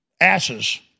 asses